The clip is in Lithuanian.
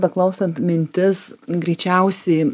beklausant mintis greičiausiai